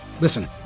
Listen